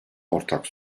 ortak